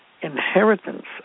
Inheritance